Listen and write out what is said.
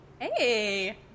Hey